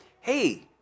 Hey